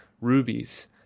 rubies